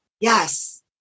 Yes